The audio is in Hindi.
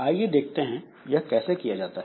आइए देखते हैं यह कैसे किया जाता है